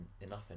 enough